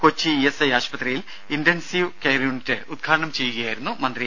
Kochi ESI ആശുപത്രിയിൽ intensive care unit ഉദ്ഘാടനം ചെയ്യുകയായിരുന്നു മന്ത്രി